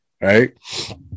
right